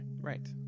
Right